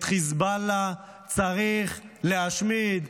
את חיזבאללה צריך להשמיד,